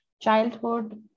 childhood